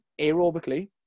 aerobically